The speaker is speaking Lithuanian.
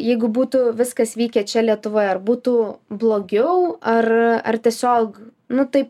jeigu būtų viskas vykę čia lietuvoje ar būtų blogiau ar ar tiesiog nu taip